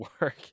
work